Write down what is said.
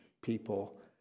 people